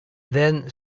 then